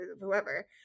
whoever